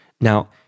Now